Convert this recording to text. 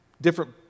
different